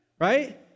Right